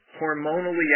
hormonally